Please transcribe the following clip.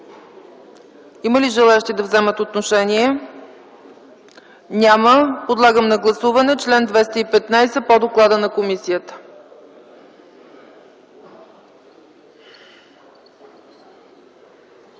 Има ли желаещи да вземат отношение? Няма. Подлагам на гласуване чл. 215 по доклада на комисията.